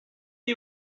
you